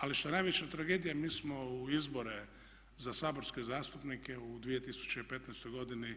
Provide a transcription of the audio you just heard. Ali što je najveća tragedija mi smo u izbore za saborske zastupnike u 2015. godini